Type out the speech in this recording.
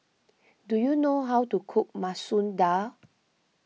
do you know how to cook Masoor Dal